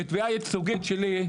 בתביעה ייצוגית שלי,